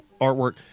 artwork